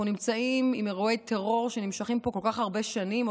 אנחנו נמצאים עם אירועי טרור שנמשכים פה כל כך הרבה שנים,